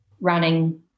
Running